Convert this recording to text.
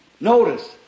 Notice